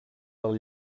del